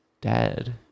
dead